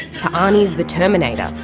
to arnie's the terminator,